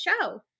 show